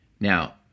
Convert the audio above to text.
Now